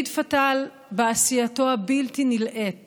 בעשייתו הבלתי-נלאית,